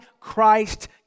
Christ